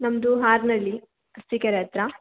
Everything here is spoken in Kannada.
ನಮ್ದು ಹಾರನಳ್ಳಿ ಅರಸಿಕೆರೆ ಹತ್ರ